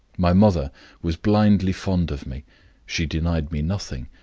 my mother was blindly fond of me she denied me nothing,